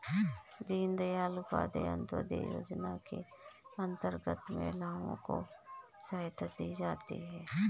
दीनदयाल उपाध्याय अंतोदय योजना के अंतर्गत महिलाओं को सहायता दी जाती है